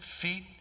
feet